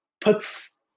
puts